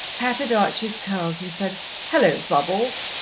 patted archie's curls and said hullo, bubbles!